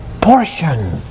portion